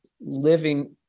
living